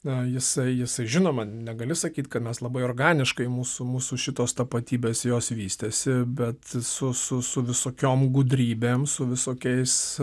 na jisai jisai žinoma negali sakyt kad mes labai organiškai mūsų mūsų šitos tapatybės jos vystėsi bet su su su visokiom gudrybėm su visokiais